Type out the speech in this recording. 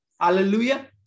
Hallelujah